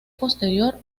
posterior